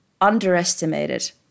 underestimated